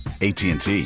ATT